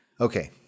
Okay